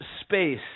space